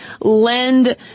lend